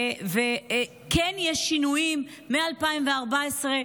וכן יש שינויים מ-2014,